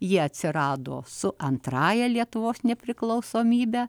ji atsirado su antrąja lietuvos nepriklausomybe